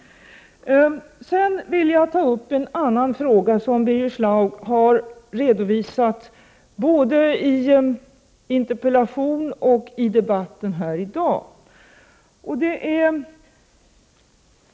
119 Sedan till en annan fråga som Birger Schlaug har tagit upp både i 11 november 1988 interpellationen och i debatten här i dag.